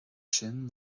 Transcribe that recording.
sin